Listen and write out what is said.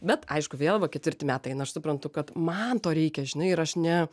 bet aišku vėl va ketvirti metai aš suprantu kad man to reikia žinai ir aš ne